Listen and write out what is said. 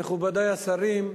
מכובדי השרים,